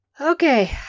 Okay